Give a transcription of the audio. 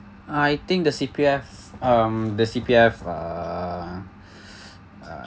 I think the C_P_F um the C_P_F uh uh